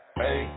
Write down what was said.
hey